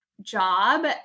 Job